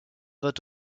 vote